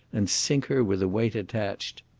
and sink her with a weight attached.